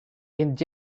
and